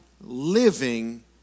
living